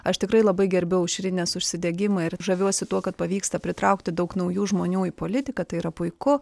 aš tikrai labai gerbiu aušrinės užsidegimą ir žaviuosi tuo kad pavyksta pritraukti daug naujų žmonių į politiką tai yra puiku